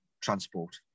transport